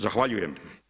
Zahvaljujem.